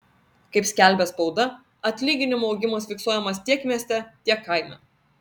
kaip skelbia spauda atlyginimų augimas fiksuojamas tiek mieste tiek kaime